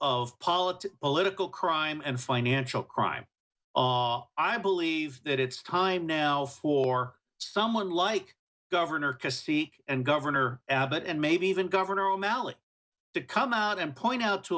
of politics political crime and financial crime i believe that it's time now for someone like governor christie and governor abbott and maybe even governor o'malley to come out and point out to